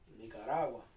Nicaragua